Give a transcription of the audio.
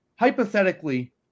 Hypothetically